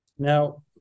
Now